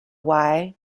why